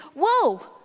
whoa